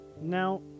Now